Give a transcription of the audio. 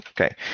Okay